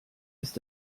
ist